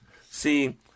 See